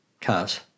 cars